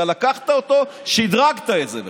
אתה לקחת אותו, שדרגת את זה בכלל.